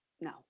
no